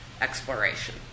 exploration